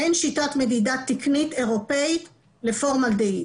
אין שיטת מדידה תקנית אירופאית לפורמלדהיד.